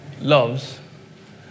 loves